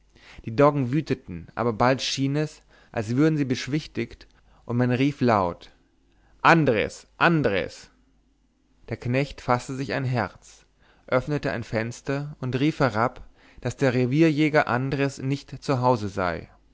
die doggen wüteten aber bald schien es als würden sie beschwichtigt und man rief laut andres andres der knecht faßte sich ein herz öffnete ein fenster und rief herab daß der revierjäger andres nicht zu hause sei